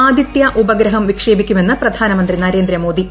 ആദിത്യ ഉപഗ്രഹംവിക്ഷേപിക്കുമെന്ന് പ്രധാനമന്ത്രി നരേന്ദ്രമോദി